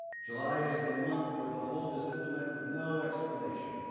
july is the month where the hold is implemented with no explanation.